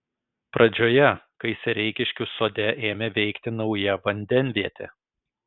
pradžioje kai sereikiškių sode ėmė veikti nauja vandenvietė